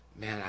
man